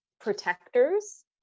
protectors